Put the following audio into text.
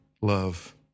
love